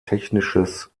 technisches